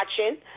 watching